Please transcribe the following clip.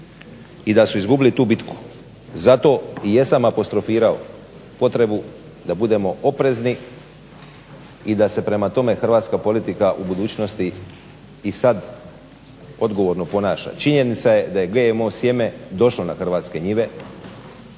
i da su izgubili tu bitku. Zato i jesam apostrofirao potrebu da budemo oprezni i da se perma tome hrvatska politika u budućnosti i sad odgovorno ponaša. Činjenica je da je GMO sjeme došlo na hrvatske njive